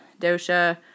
dosha